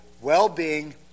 well-being